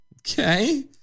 Okay